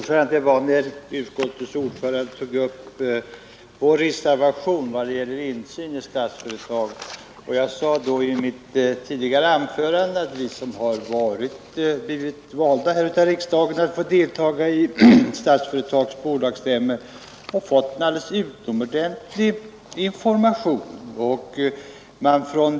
Fru talman! Utskottets ordförande tog upp vår reservation vad gäller insynen i Statsföretag. Jag sade i mitt tidigare anförande att vi som här i riksdagen blivit valda att få delta i Statsföretags bolagsstämmor har fått en alldeles utomordentlig information.